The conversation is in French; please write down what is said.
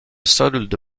solde